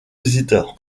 visiteurs